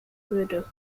würde